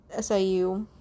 SIU